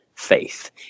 faith